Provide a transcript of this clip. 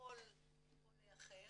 וכל עולה אחר.